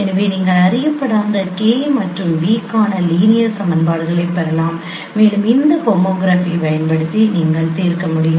எனவே நீங்கள் அறியப்படாத k மற்றும் v க்கான லீனியர் சமன்பாடுகளைப் பெறலாம் மேலும் இந்த ஹோமோகிராஃபி பயன்படுத்தி நீங்கள் தீர்க்க முடியும்